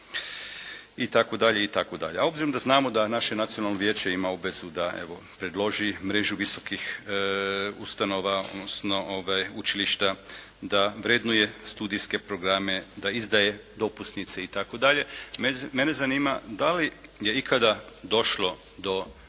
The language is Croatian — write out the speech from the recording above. itd., itd. A obzirom da znamo da naše Nacionalno vijeće ima obvezu da evo predloži mrežu visokih ustanova, odnosno učilišta da vrednuje studijske programe, da izdaje dopusnice itd. mene zanima da li je ikada došlo do nekog